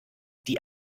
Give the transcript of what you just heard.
die